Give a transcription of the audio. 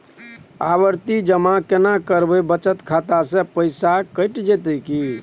आवर्ति जमा केना करबे बचत खाता से पैसा कैट जेतै की?